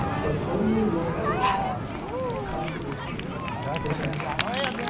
but only look at the charm of contradictory perfections!